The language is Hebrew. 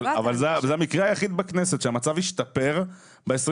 אבל זה המקרה היחיד בכנסת שהמצב השתפר ב-20